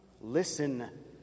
Listen